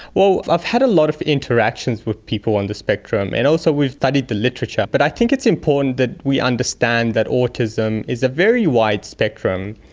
well, i've had a lot of interactions with people on the spectrum, and also we've studied the literature, but i think it's important that we understand that autism is a very wide spectrum,